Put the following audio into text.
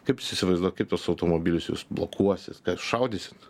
kaip jūs įsivaizduojat kaip tas automobilis jūs blokuosis ką jūs šaudysit